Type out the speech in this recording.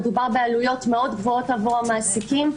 מדובר בעלויות מאוד גבוהות עבור המעסיקים,